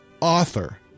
author